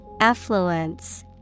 Affluence